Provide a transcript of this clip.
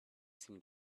seemed